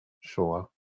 Sure